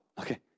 Okay